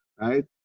right